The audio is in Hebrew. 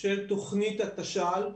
של תוכנית התש"ל.